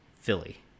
Philly